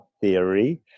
theory